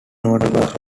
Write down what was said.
notable